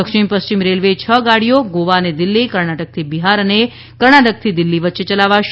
દક્ષિણ પશ્ચિમ રેલવે છ ગાડીઓ ગોવા અને દિલ્ઠી કર્ણાટકથી બિહાર અને કર્ણાટકથી દિલ્હી વચ્ચે ચલાવશે